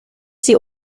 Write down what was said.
sie